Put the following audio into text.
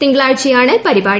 തിങ്കളാഴ്ചയാണ് പരിപാടി